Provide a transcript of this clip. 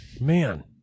Man